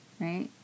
right